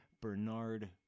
Bernard